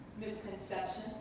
misconception